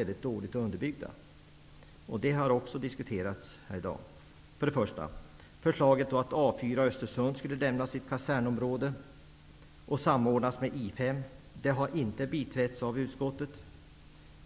är dåligt underbyggda. Först och främst gäller det förslaget att A 4 i Östersund skall lämna sitt kasernområde och samordnas med I 5. Det förslaget har inte tillstyrkts av utskottet.